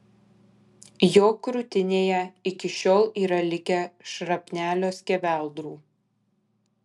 jo krūtinėje iki šiol yra likę šrapnelio skeveldrų